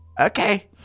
Okay